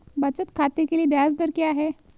बचत खाते के लिए ब्याज दर क्या है?